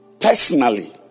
Personally